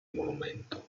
monumento